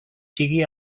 sigui